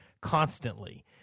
constantly